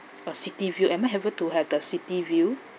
a city view am I able to have the city view